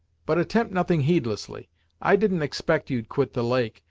but attempt nothing heedlessly i didn't expect you'd quit the lake,